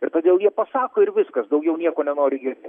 ir todėl jie pasako ir viskas daugiau nieko nenori girdėt